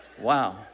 Wow